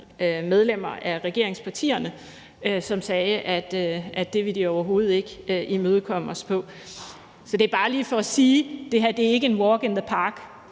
medlemmer af regeringspartierne, som sagde, at det ville de overhovedet ikke imødekomme os med. Så det er bare lige for at sige, at det her ikke er en walk in the park,